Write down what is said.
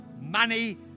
money